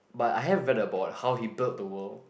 but I have read about how he build the world